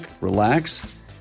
relax